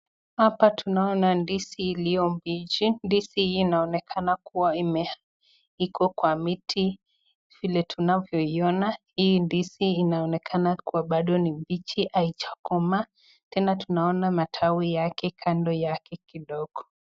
Hapa tunaona ndizi iliyo mbichi, ndizi hii inaonekana iko kwa miti. Vile tunavyoiona hii ndizi bado iko mbichi haijakomaa tena tunaona matawi yake kando yake kidogo.